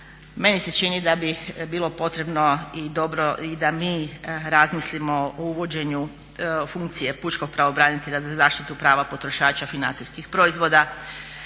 Meni se čini da bi bilo potrebno i dobro i da mi razmislimo o uvođenju funkcije pučkog pravobranitelja za zaštitu prava potrošača financijskih proizvoda